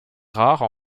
rare